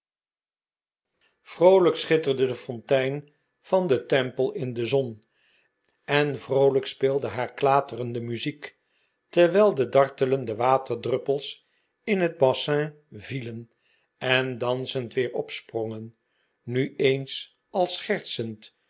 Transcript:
vroolijk schitterde de fontein van den temple in de zon en vroolijk speelde haar klaterende muziek terwijl de dartelende waterdruppels in net bassin vielen en dansend weer opsprongen nu eens als schertsend